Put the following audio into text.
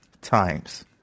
times